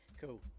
Cool